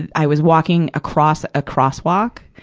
and i was walking across a crosswalk,